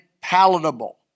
palatable